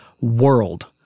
world